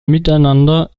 miteinander